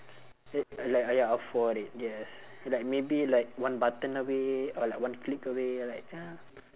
like uh like uh ya afford it yes like maybe like one button away or like one click away like ya